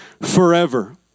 forever